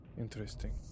Interesting